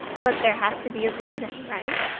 but there has to be a reason, right?